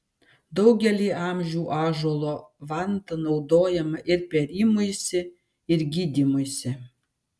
daugelį amžių ąžuolo vanta naudojama ir pėrimuisi ir gydymuisi